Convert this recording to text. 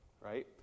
Right